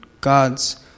God's